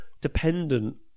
dependent